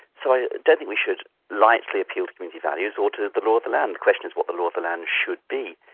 so i don't think we should lightly appeal to community values or to the law of the land. the question is what the law of the land should be.